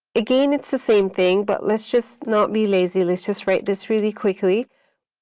again, it's the same thing, but let's just not be lazy. let's just write this really quickly.